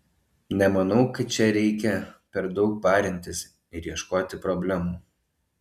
nemanau kad čia reikia per daug parintis ir ieškoti problemų